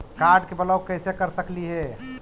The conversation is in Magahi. कार्ड के ब्लॉक कैसे कर सकली हे?